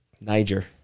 Niger